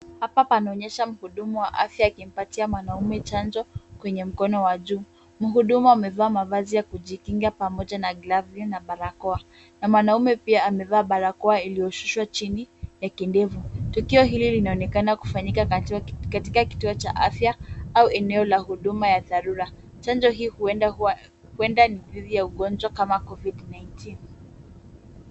Hapa panaonyesha mhudumu wa afya akimpatia mwanaume chanjo kwenye mkono wa juu. Mhudumu amevaa mavazi ya kujikinga pamoja na glavu na barakoa, na mwanaume pia amevaa barakoa iliyoshushwa chini ya kidevu. Tukio hili linaonekana kufanyika katika kituo cha afya au eneo la huduma ya dharura. Chanjo hiyo huenda ni dhidi ya ugonjwa kama covid 19 .